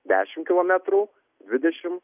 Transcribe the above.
dešim kilometrų dvidešim